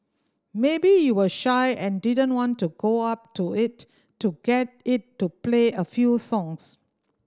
maybe you were shy and didn't want to go up to it to get it to play a few songs